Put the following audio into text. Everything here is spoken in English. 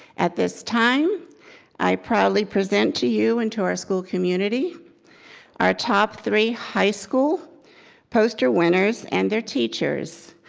at this time i proudly present to you and to our school community our top three high school poster winners and their teachers.